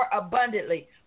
abundantly